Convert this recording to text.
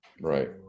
right